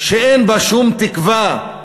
שאין בה שום תקווה,